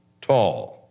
tall